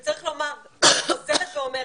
אני חוזרת ואומרת,